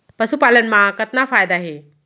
पशुपालन मा कतना फायदा हे?